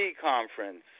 conference